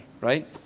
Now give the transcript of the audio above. Right